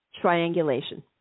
Triangulation